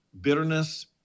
bitterness